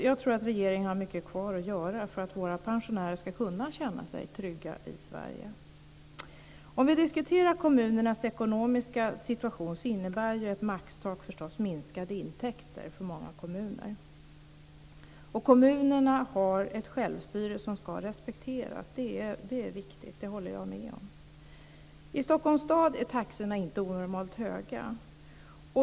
Jag tror att regeringen har mycket kvar att göra för att våra pensionärer ska kunna känna sig trygga i Sverige. Om vi diskuterar kommunernas ekonomiska situation, innebär ett maxtak förstås minskade intäkter för många kommuner. Kommunerna har ett självstyre som ska respekteras. Det är viktigt. Det håller jag med om. I Stockholms stad är taxorna inte onormalt höga.